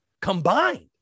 Combined